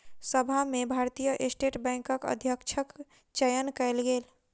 सभा में भारतीय स्टेट बैंकक अध्यक्षक चयन कयल गेल